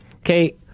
okay